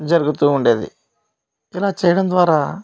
జరుగుతూ ఉండేది ఇలా చేయడం ద్వారా